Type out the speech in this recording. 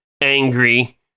angry